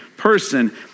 person